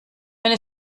wenn